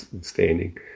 standing